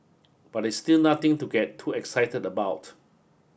but it's still nothing to get too excited about